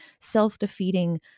self-defeating